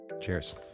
Cheers